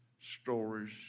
stories